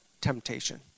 temptation